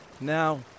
Now